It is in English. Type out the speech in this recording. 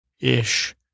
ish